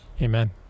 Amen